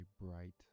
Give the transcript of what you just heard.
bright